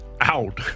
Out